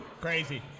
Crazy